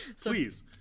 please